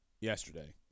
yesterday